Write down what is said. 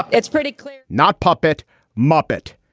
it's pretty clear. not puppet muppet.